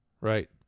Right